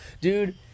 Dude